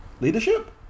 leadership